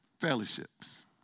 fellowships